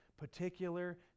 particular